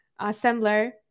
Assembler